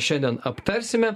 šiandien aptarsime